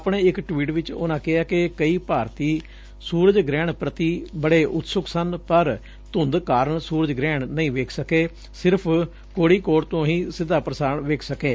ਆਪਣੇ ਇਕ ਟਵੀਟ ਵਿਚ ਉਨਾਂ ਕਿਹੈ ਕਿ ਕਈ ਭਾਰਤੀ ਸੁਰਜ ਗ੍ਰਹਿਣ ਪ੍ਰਤੀ ਬੜੇ ਉਤਸੁਕ ਸਨ ਪਰ ਧੁੰਦ ਕਾਰਨ ਸੁਰਜ ਗ੍ਰਹਿਣ ਨਹੀ' ਵੇਖ ਸਕੇ ਸਿਰਫ਼ ਕੋੜੀਕੜ ਤੋ' ਹੀ ਸਿੱਧਾ ਪੁਸਾਰਣ ਵੇਖ ਸਕੇ